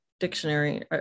Dictionary